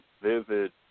vivid